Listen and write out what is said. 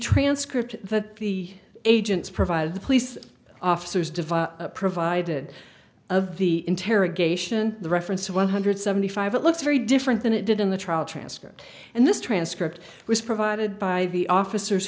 transcript that the agents provided the police officers device provided of the interrogation the reference one hundred seventy five it looks very different than it did in the trial transcript and this transcript was provided by the officers